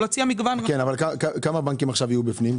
כמה בנקים יהיו עכשיו בפנים?